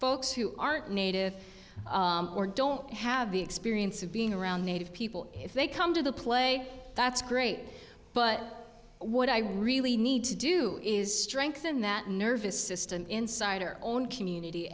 folks who aren't native or don't have the experience of being around native people if they come to the play that's great but what i really need to do is strengthen that nervous system inside her own community